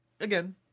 Again